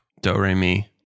Do-Re-Mi